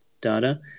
data